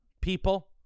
people